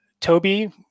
Toby